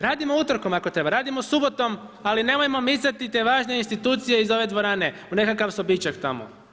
Radimo utorkom ako treba, radimo subotom, ali nemojmo micati te važne institucije iz ove dvorane u nekakav sobičak tamo.